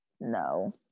no